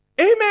Amen